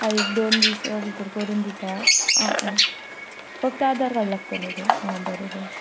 हां एक दोन दीस भितर करून दिता आं आं फक्त आदार कार्ड लागतले तर आं बरें बरें